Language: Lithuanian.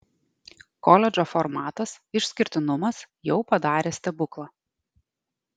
koledžo formatas išskirtinumas jau padarė stebuklą